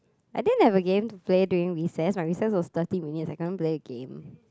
I didn't have a game to play during recess my recess was thirty minutes I can't play a game